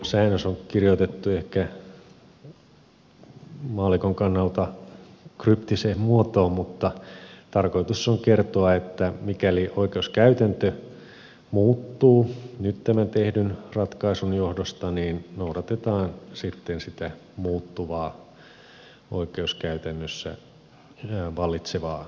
voimaantulosäännös on kirjoitettu ehkä maallikon kannalta kryptiseen muotoon mutta tarkoitus on kertoa että mikäli oikeuskäytäntö muuttuu nyt tämän tehdyn ratkaisun johdosta niin noudatetaan sitten sitä muuttuvaa oikeuskäytännössä vallitsevaa kantaa